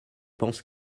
pensent